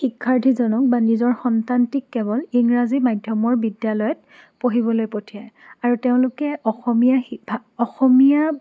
শিক্ষাৰ্থীজনক বা নিজৰ সন্তানটিক কেৱল ইংৰাজী মাধ্যমৰ বিদ্যালয়ত পঢ়িবলৈ পঠিয়ায় আৰু তেওঁলোকে অসমীয়া অসমীয়াৰ